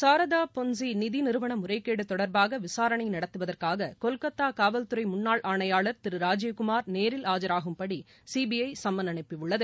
Saradha ponzi நிதி நிறுவன முறைகேடு தொடர்பாக விசாரணை நடத்துவதற்காக கொல்கத்தா காவல்துறை முன்னாள் ஆணையாளர் திரு ராஜுவ் குமார் நேரில் ஆஜராகும்படி சிபிஐ சம்மன் அனுப்பியுள்ளது